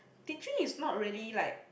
teaching is not really like